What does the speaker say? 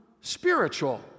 spiritual